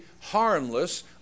harmless